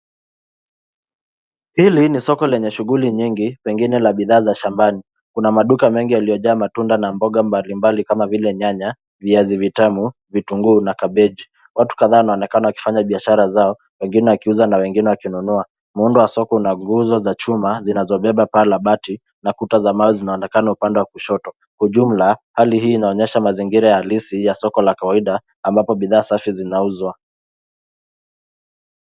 Hili ni soko lenye shughuli nyingi pengine la bidhaa za shambani. Kuna maduka mengi yaliyojaa matunda na mboga mbalimbali kama vile nyanya, viazi vitamu, vitunguu na kabeji. Watu kadhaa wanaonekana wakifanya biashara zao wengine wakiuza na wengine wakinunua. Muundo wa soko una nguzo za chuma zinazobeba paa la bati na kuta za mawe zinaoonekana upande wa kushoto. Kwa ujumla hali hii inaonyesha mazingira halisi ya soko la kawaida ambapo bidhaa safi zinauzwa.